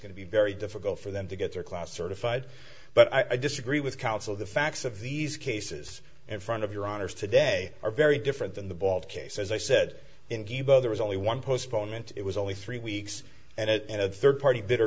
going to be very difficult for them to get their class certified but i disagree with counsel the facts of these cases in front of your honor's today are very different than the bald case as i said in cuba there was only one postponement it was only three weeks and a third party vitter